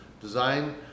design